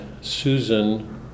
Susan